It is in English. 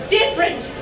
different